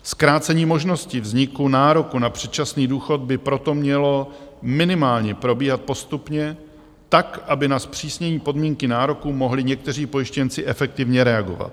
Zkrácení možnosti vzniku nároku na předčasný důchod by proto mělo minimálně probíhat postupně, tak, aby na zpřísnění podmínky nároku mohli někteří pojištěnci efektivně reagovat.